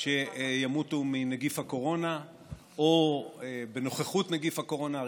שימותו מנגיף הקורונה או בנוכחות נגיף הקורונה,